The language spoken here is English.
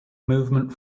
movement